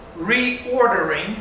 reordering